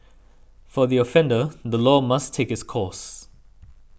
for the offender the law must take its course